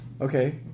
okay